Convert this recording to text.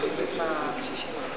אדוני היושב-ראש, חברי הכנסת,